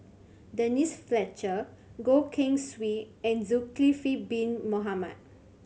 Denise Fletcher Goh Keng Swee and Zulkifli Bin Mohamed